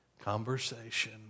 conversation